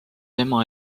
ema